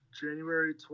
January